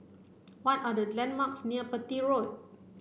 what are the landmarks near Petir Road